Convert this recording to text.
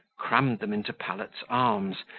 crammed them into pallet's arms,